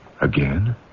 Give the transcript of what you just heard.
Again